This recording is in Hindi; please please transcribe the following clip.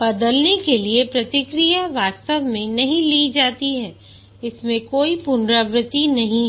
बदलने के लिए प्रतिक्रिया वास्तव में नहीं ली जाती है इसमें कोई पुनरावृत्ति नहीं है